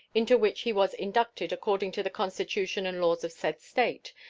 into which he was inducted according to the constitution and laws of said state,